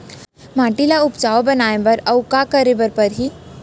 माटी ल उपजाऊ बनाए बर अऊ का करे बर परही?